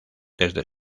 desde